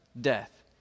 death